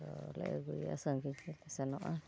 ᱠᱚᱞᱮ ᱟᱹᱜᱩᱭᱟ ᱥᱟᱺᱜᱤᱧ ᱠᱷᱚᱱᱞᱮ ᱥᱮᱱᱚᱜᱼᱟ